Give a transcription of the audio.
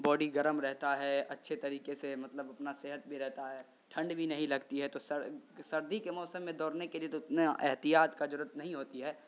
body گرم رہتا ہے اچھے طریقے سے مطلب اپنا صحت بھی رہتا ہے ٹھنڈ بھی نہیں لگتی ہے تو سرد سردی کے موسم میں دوڑنے کے لیے تو اتنا احتیاط کا ضرورت نہیں ہوتی ہے